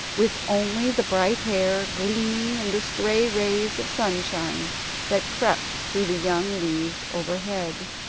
with only the bright hair gleaming in the stray rays of sunshine that crept through the young leaves overhead.